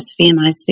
SVMIC